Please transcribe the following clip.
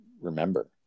remember